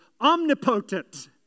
omnipotent